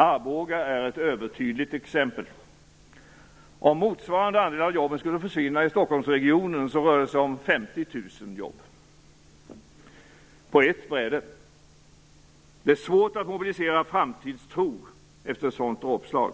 Arboga är ett övertydligt exempel. Om motsvarande andel av jobben skulle försvinna i Stockholmsregionen rör det sig om 50 000 jobb, på ett bräde. Det är svårt att mobilisera framtidstro efter ett sådant dråpslag.